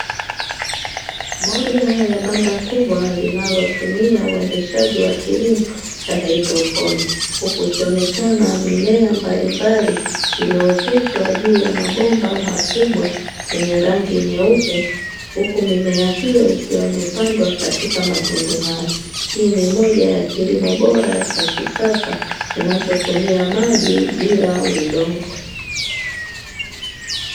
Moja ya banda kubwa linalotumia uendeshaji wa kilimo cha hadroponi, huku ikionekana mimea mbalimbali iliyootoshwa juu ya mabomba makubwa yenye rangi nyeupe, huku mimea hiyo ikiwa imepandwa katika matundu hayo, hii ni moja ya kilimo bora cha kisasa kinachotumia maji bila udongo.